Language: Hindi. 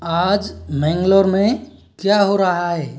आज मैंगलोर में क्या हो रहा है